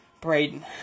Braden